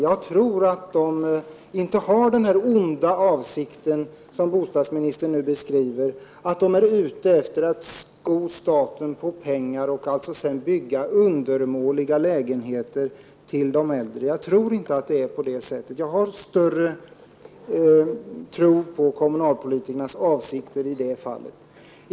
Jag tror inte att kommunalpolitikerna har den onda avsikt som bostadsministern nu beskriver. Jag tror inte att de är ute efter att sko sig på statens bekostnad och sedan bygga undermåliga lägenheter till de äldre. Jag har högre tankar om kommunalpolitikernas avsikter i det fallet.